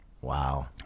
wow